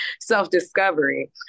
self-discovery